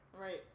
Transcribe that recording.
Right